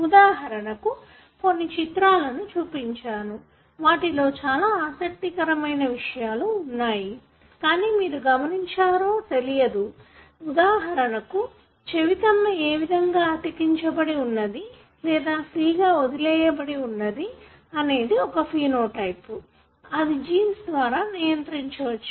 ఉదాహరణకు కొన్ని చిత్రాలను చూపించాను వాటిలో చాలా ఆసక్తికరమైన విషయాలు వున్నాయి కానీ మీరు గమనించారో తెలియదు ఉదాహరణకు చెవితమ్మె ఏ విధంగా అతికించబడి వున్నది లేదా ఫ్రీ గా వదిలేయబడివున్నది అనేది ఒక ఫీనో టైపు అది జీన్స్ ద్వారా నియంత్రించచ్చు